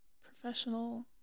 professional